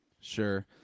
sure